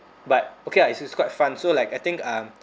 but okay lah it's it's quite fun so like I think um